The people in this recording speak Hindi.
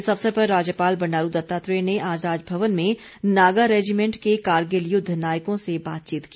इस अवसर पर राज्यपाल बंडारू दत्तात्रेय ने आज राजभवन में नागा रेजिमेंट के कारगिल युद्ध नायकों से बातचीत की